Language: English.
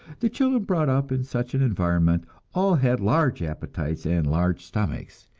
the children brought up in such an environment all had large appetites and large stomachs,